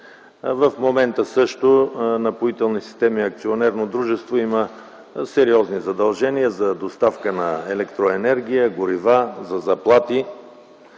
В момента също „Напоителни системи” АД има сериозни задължения за доставка на електроенергия, горива, за заплати.